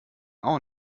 auch